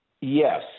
Yes